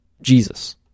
Jesus